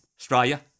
Australia